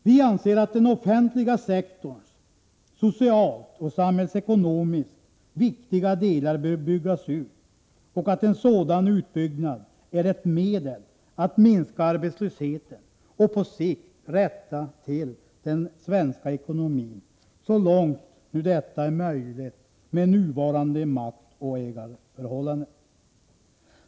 Vi anser att den offentliga sektorns socialt och samhällsekonomiskt viktiga delar bör byggas ut och att en sådan utbyggnad är ett medel att minska arbetslösheten och på sikt rätta till den svenska ekonomin så långt nu detta är möjligt med nuvarande maktoch ägarförhållanden.